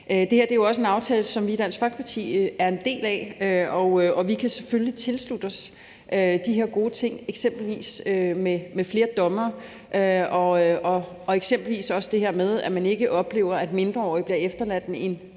Det her er jo også en aftale, som vi i Dansk Folkeparti er en del af, og vi kan selvfølgelig tilslutte os de gode ting, der er, eksempelvis det med flere dommere og også det her med, at man ikke oplever, at mindreårige bliver efterladt med en